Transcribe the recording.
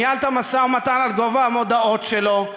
ניהלת משא-ומתן על גובה המודעות שלו,